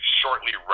shortly